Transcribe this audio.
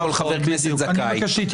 שכל חבר כנסת זכאי לה,